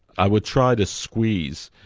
i would try to squeeze,